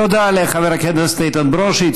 תודה לחבר הכנסת איתן ברושי.